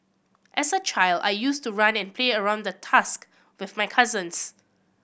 as a child I used to run and play around the tusk with my cousins